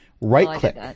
Right-click